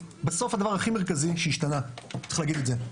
בסוף הדבר הכי מרכזי שהשתנה, וצריך להגיד את זה,